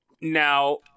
Now